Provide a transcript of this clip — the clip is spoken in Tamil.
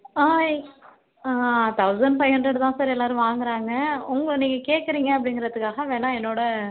ஆ தௌசண்ட் ஃபைவ் ஹண்ட்ரட் தான் சார் எல்லாரும் வாங்குறாங்க உங்கள் நீங்கள் கேட்குறீங்க அப்படிங்கறதுக்காக வேணா என்னோட